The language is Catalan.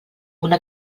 una